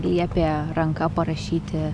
liepė ranka parašyti